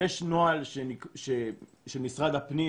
יש נוהל שמשרד הפנים,